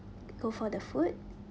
go for the food